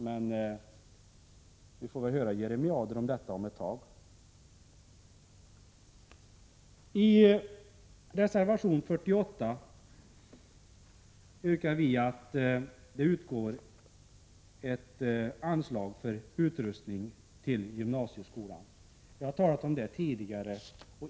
Men vi får väl höra jeremiader om detta efter ett tag. I reservation 48 yrkar vi att det skall anvisas ett anslag för utrustning till gymnasieskolan. Jag har talat om det tidigare.